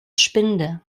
spinde